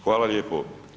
Hvala lijepo.